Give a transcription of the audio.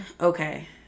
Okay